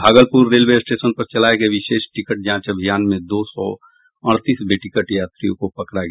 Bhagalpur railway station पर चलाये गए विशेष टिकट जांच अभियान में दो सौ अड़तीस बेटिकट यात्रियों को पकड़ा गया